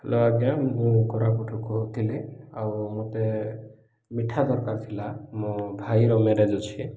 hello ଆଜ୍ଞା ମୁଁ କୋରାପୁଟରୁ କହୁଥିଲି ଆଉ ମତେ ମିଠା ଦରକାର ଥିଲା ମୋ ଭାଇର ମ୍ୟାରେଜ୍ ଅଛି